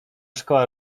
szkoła